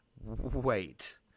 wait